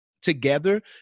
together